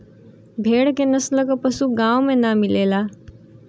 भेड़ के नस्ल क पशु गाँव में ना मिलला